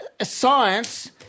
science